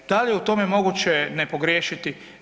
Da li je u tome moguće ne pogriješiti?